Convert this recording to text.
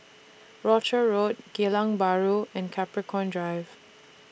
Rochor Road Geylang Bahru and Capricorn Drive